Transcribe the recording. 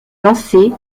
lancée